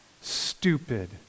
stupid